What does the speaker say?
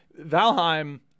Valheim